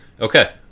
Okay